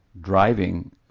driving